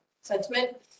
sentiment